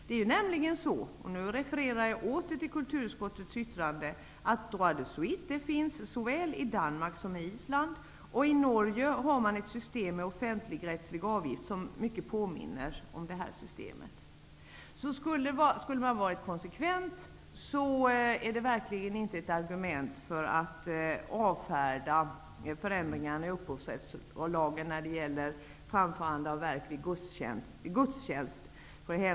Det är nämligen så, och nu refererar jag åter till kulturutskottets yttrande, att droit de suite finns såväl i Danmark som på Island. I Norge har man ett system med offentligrättslig avgift som påminner mycket om det här systemet. Skulle man ha varit konsekvent är rättslikheten verkligen inte ett argument för att avfärda förändringarna i upphovsrättslagen när det gäller framförande av verk vid gudstjänst.